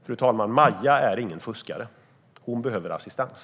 Fru talman! Maja är ingen fuskare. Hon behöver assistans.